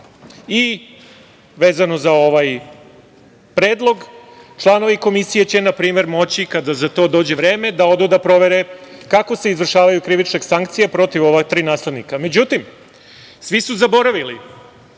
i vezano za ovaj predlog – članovi Komisije će na primer moći, kada za to dođe vreme, da odu da provere kako se izvršavaju krivične sankcije protiv ova tri nasilnika.Međutim, svi su zaboravili,